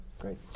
Great